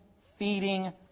feeding